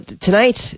tonight